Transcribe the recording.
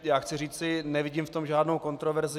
Já chci říci, nevidím v tom žádnou kontroverzi.